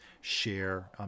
share